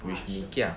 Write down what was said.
with mee kia